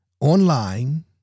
online